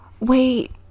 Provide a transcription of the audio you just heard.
Wait